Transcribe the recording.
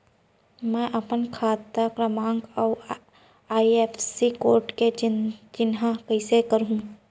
मैं अपन खाता क्रमाँक अऊ आई.एफ.एस.सी कोड के चिन्हारी कइसे करहूँ?